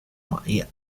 maya